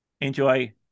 Enjoy